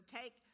take